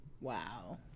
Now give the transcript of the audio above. Wow